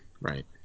right